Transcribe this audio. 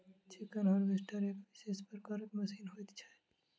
chicken harvester एक विशेष प्रकारक मशीन होइत छै